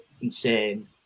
insane